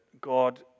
God